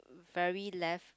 very left